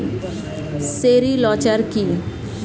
Sericulture কি?